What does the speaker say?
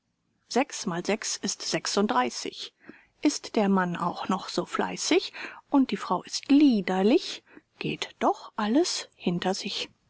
sechs mal sechs ist sechs und dreißig ist der mann auch noch so fleißig und die frau ist liederlich geht doch alles hinter sich